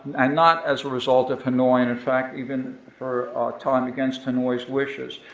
and not as a result of hanoi, and in fact, even for a time against hanoi's wishes.